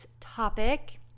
topic